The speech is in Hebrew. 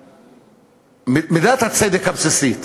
ממידת הצדק הבסיסית.